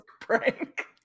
prank